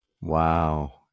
Wow